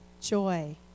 joy